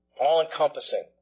All-encompassing